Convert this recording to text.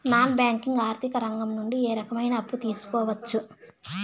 Non banking ఆర్థిక రంగం నుండి ఏ రకమైన అప్పు తీసుకోవచ్చు?